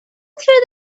through